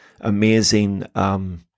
amazing